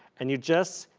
and you just,